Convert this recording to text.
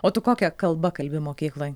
o tu kokia kalba kalbi mokykloj